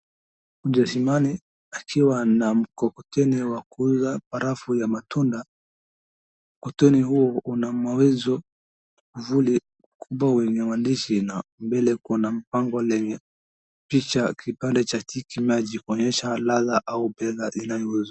Mjeshi mani akiwa na mkokoteni wa kuuza barafu ya matunda. Mkokoteni huo una mawezo mwavuli kubwa wenye maandishi na mbele kuna bango lenye picha kipande cha tikimaji kuonyesha ladha au bidhaa inayo uzwa.